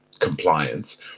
compliance